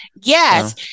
Yes